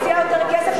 היא הוציאה יותר כסף,